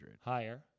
Higher